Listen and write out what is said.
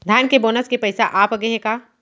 धान के बोनस के पइसा आप गे हे का?